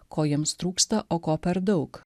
ko jiems trūksta o ko per daug